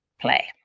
play